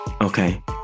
okay